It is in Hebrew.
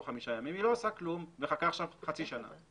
חמישה ימים והיא לא עושה אלא מחכה חצי שנה.